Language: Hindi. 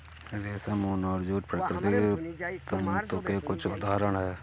रेशम, ऊन और जूट प्राकृतिक तंतु के कुछ उदहारण हैं